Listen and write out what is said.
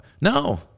No